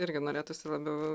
irgi norėtųsi labiau